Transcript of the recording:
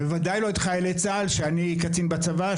בוודאי לא את חיילי צה"ל שאני קצין בצבא.